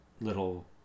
little